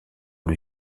lui